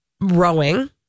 rowing